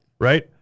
right